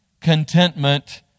contentment